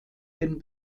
den